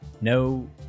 No